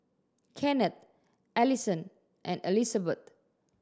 Kenneth Alison and Elizbeth